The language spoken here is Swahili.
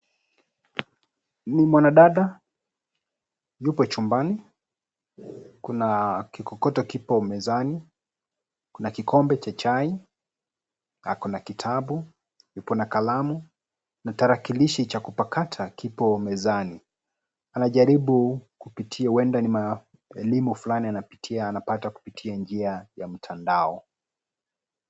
Mwanadada yuko chumbani. Kuna Kikokoto kipo mezani. Kuna kikombe cha chai, kuna kitabu, ipo na alamu, tarakilishi cha kupakata kipo mezani. Anajaribu kupitia huenda ni elimu fulani anapata kupitia njia ya mtandao.